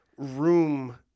room